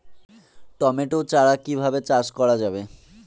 Tomato চারা কিভাবে চাষ করা যাবে?